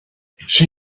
she